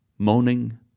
Moaning